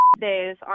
days